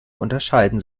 unterscheiden